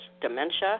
dementia